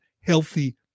healthy